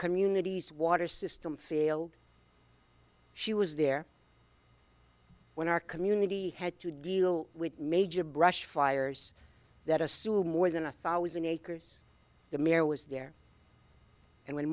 communities water system failed she was there when our community had to deal with major brush fires that assume more than a thousand acres the mayor was there and when